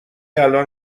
الان